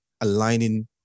aligning